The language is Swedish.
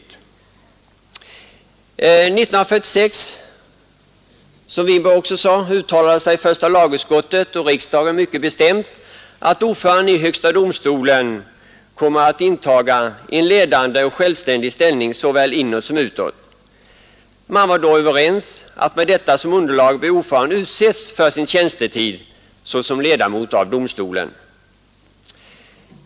År 1946 uttalade som herr Winberg också sade första lagutskottet och riksdagen mycket bestämt att ordföranden i högsta domstolen kommer att intaga en ledande och självständig ställning såväl inåt som utåt. Man var då överens om att med detta som underlag bör ordförande utses för sin tjänstetid såsom ledamot av domstolen.